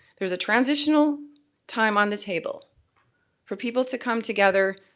there's a transitional time on the table for people to come together,